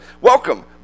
Welcome